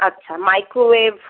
আচ্ছা মাইক্রোওয়েভ